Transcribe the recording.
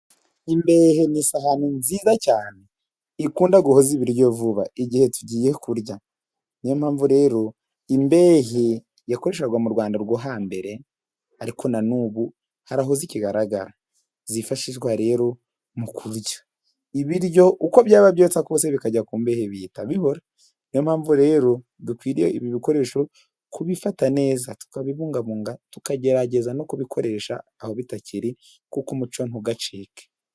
Imberehe n'isahani nziza cyane ikunda guhoza ibiryo vuba igihe tugiye kurya, niyo mpamvu rero imbehe yakorega mu rwanda rwo hambere, ariko na n'ubu harahuzekigaragara zifashishwa ,rero mu ibiryo uko byaba byiza kose bikajya ku mbehe bihita bihora, niyo mpamvu rero dukwiriye ibi bikoresho kubifata neza, tukabibungabunga tukagerageza no kubikoresha aho bitakiri kuko umuco ntugacike.